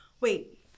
wait